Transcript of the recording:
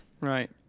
right